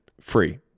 free